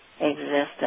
existence